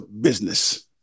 business